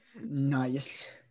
Nice